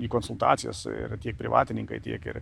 į konsultacijas ir tiek privatininkai tiek ir